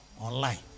online